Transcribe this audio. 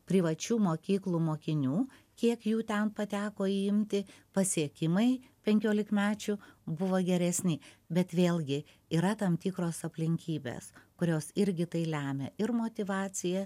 privačių mokyklų mokinių kiek jų ten pateko į imtį pasiekimai penkiolikmečių buvo geresni bet vėlgi yra tam tikros aplinkybės kurios irgi tai lemia ir motyvacija